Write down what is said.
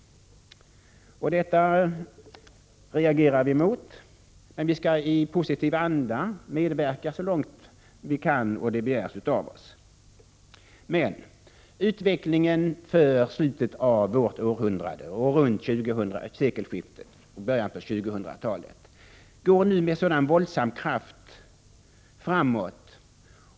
Detta reagerar vi emot. Men vi skall i positiv anda medverka så långt vi kan och så långt det begärs av oss. Utvecklingen för slutet av vårt århundrade, tiden runt sekelskiftet och början av tjugohundratalet, går med våldsam kraft framåt.